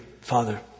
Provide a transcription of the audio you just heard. Father